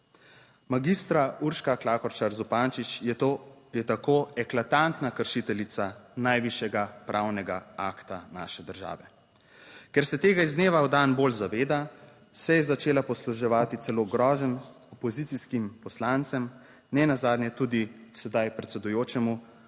Magistra Urška Klakočar Zupančič je to, je tako eklatantna kršiteljica najvišjega pravnega akta naše države. Ker se tega iz dneva v dan bolj zaveda, se je začela posluževati celo groženj opozicijskim poslancem, ne nazadnje tudi sedaj predsedujočemu